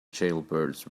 jailbirds